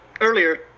earlier